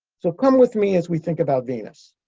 so come with me as we think about venus,